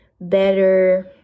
better